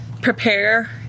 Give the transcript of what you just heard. prepare